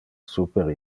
super